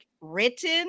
written